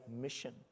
mission